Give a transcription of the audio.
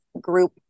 group